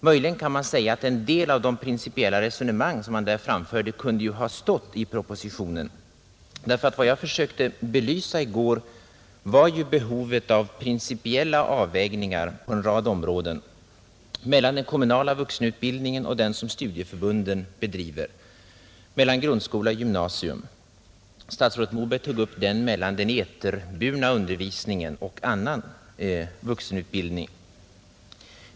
Möjligen kan man säga att en del av de principiella resonemang som han där framförde kunde ha stått i propositionen. Vad jag försökte belysa i går var ju behovet av principiella avvägningar på en rad områden — mellan den kommunala vuxenutbildningen och den som studieförbunden bedriver, mellan grundskola och gymnasium. Statsrådet Moberg tog upp avvägningen mellan den eterburna undervisningen och annan vuxenutbildning.